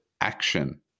action